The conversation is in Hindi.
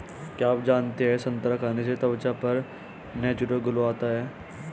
क्या आप जानते है संतरा खाने से त्वचा पर नेचुरल ग्लो आता है?